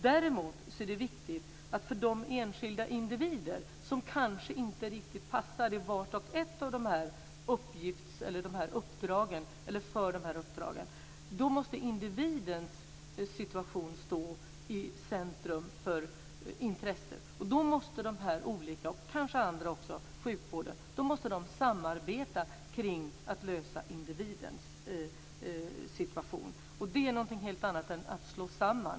Däremot är det viktigt att individens situation måste stå i centrum för intresset när enskilda individer kanske inte riktigt passar för dessa uppdrag. Då måste dessa och kanske också andra, t.ex. sjukvården, samarbeta för att lösa individens situation. Det är någonting helt annat än att slå samman.